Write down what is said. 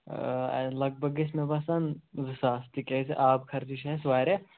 آ لگ بگ گژھِ مےٚ باسان زٕ ساس تِکیٛازِ آب خرچہِ چھِ اَسہِ واریاہ